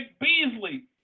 Beasley